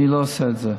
אני לא עושה את זה.